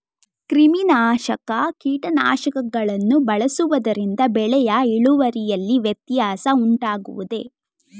ಕ್ರಿಮಿನಾಶಕ ಕೀಟನಾಶಕಗಳನ್ನು ಬಳಸುವುದರಿಂದ ಬೆಳೆಯ ಇಳುವರಿಯಲ್ಲಿ ವ್ಯತ್ಯಾಸ ಉಂಟಾಗುವುದೇ?